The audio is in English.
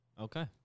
Okay